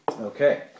Okay